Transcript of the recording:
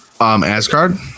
asgard